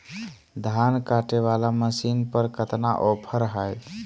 धान कटे बाला मसीन पर कतना ऑफर हाय?